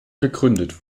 gegründet